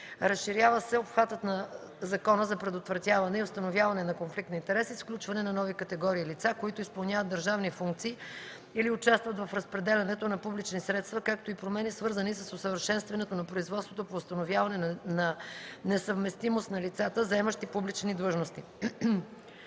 Разширява се обхватът на Закона за предотвратяване и установяване на конфликт на интереси с включване на нови категории лица, които изпълняват държавни функции или участват в разпределянето на публични средства, както и промени, свързани с усъвършенстването на производството по установяване на несъвместимост на лицата, заемащи публични длъжности.